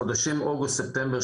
בחודשים אוגוסט-ספטמבר,